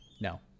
no